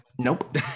nope